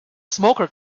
smoker